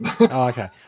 Okay